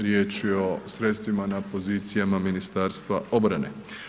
Riječ je o sredstvima na pozicijama Ministarstva obrane.